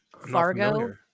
Fargo